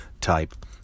type